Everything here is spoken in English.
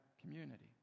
community